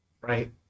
right